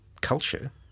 culture